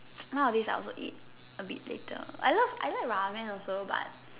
now a days I also eat a bit later I love I like Ramen also but